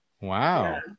Wow